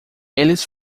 eles